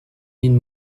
need